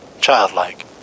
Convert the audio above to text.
Childlike